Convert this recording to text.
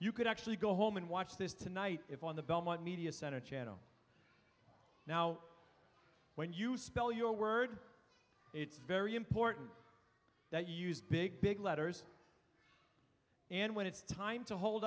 you could actually go home and watch this tonight if on the belmont media center channel now when you spell your word it's very important that you use big big letters and when it's time to hold